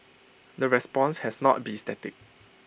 the response has not be static